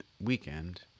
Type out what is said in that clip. weekend